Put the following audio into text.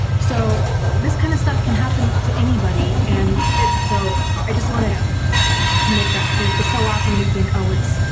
so this kind of stuff can happen to anybody and it's. so i just wanted to make that clear, cause so often, we think oh it's